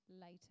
later